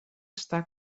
està